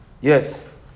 Yes